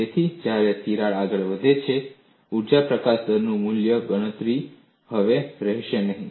તેથી જ્યારે તિરાડ આગળ વધે છે ઊર્જા પ્રકાશન દરની મૂળ ગણતરી હવે રહેશે નહીં